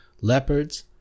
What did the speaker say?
leopards